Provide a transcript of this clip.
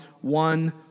one